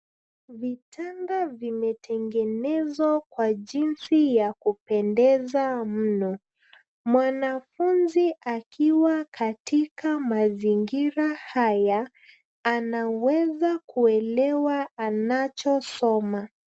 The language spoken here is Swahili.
Vitanda vimetengenezwa kwa jinsi ya kupendeza mno mwanafunzi akiwa katika mazingira haya anaweza kuelewa anacho soma.